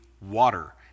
water